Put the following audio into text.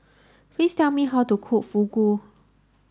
please tell me how to cook Fugu